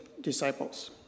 disciples